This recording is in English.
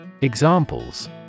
Examples